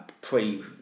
pre